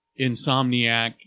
insomniac